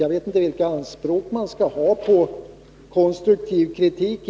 Jag vet inte vilka anspråk man skall ha på konstruktiv kritik.